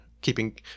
keeping